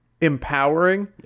empowering